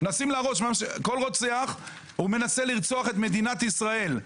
כל רוצח מנסה לרצוח את מדינת ישראל.